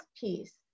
piece